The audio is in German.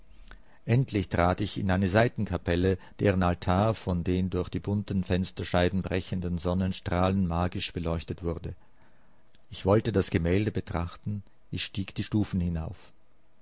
endlich trat ich in eine seitenkapelle deren altar von den durch die bunten fensterscheiben brechenden sonnenstrahlen magisch beleuchtet wurde ich wollte das gemälde betrachten ich stieg die stufen hinauf